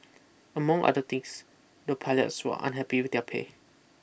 among other things the pilots were unhappy with their pay